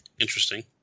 Interesting